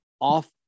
off